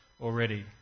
already